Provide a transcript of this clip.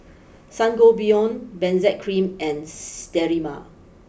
Sangobion Benzac cream and Sterimar